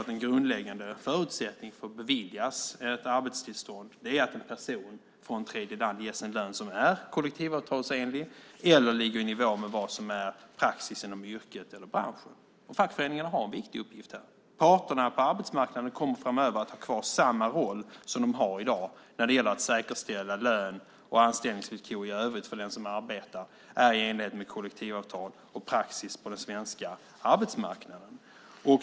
Den grundläggande förutsättningen för att beviljas ett arbetstillstånd är att en person från tredjeland ges en lön som är kollektivavtalsenlig eller ligger i nivå med vad som är praxis inom yrket eller branschen. Fackföreningarna har här en viktig uppgift. Parterna på arbetsmarknaden kommer framöver att ha kvar samma roll som de har i dag när det gäller att säkerställa att lön och anställningsvillkor i övrigt för dem som arbetar är i enlighet med kollektivavtal och praxis på den svenska arbetsmarknaden.